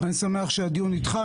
אני שמח שהדיון נדחה.